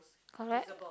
correct